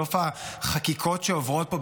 בסוף החקיקות שעוברות פה,